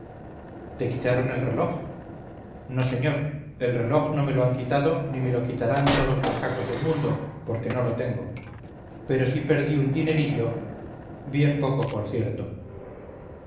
te quitaron el reloj no señor el reloj no me lo han quitado ni me lo quitarán todos los cacos del mundo porque no lo tengo pero sí perdí un dinerillo bien poco por cierto